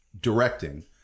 directing